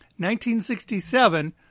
1967